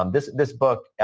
um this this book,